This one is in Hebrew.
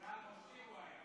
סגן ראש עיר הוא היה.